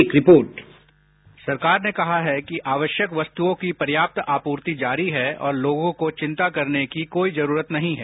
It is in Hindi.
एक रिपोर्ट साउंड बाईट सरकार ने कहा है कि आवश्यक वस्तुओं की पर्याप्त आपूर्ति जारी है और लोगों को चिंता करने की कोई जरूरत नहीं है